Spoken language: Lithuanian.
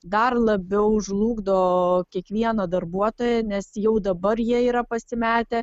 dar labiau žlugdo kiekvieną darbuotoją nes jau dabar jie yra pasimetę